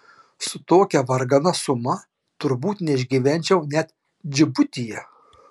su tokia vargana suma turbūt neišgyvenčiau net džibutyje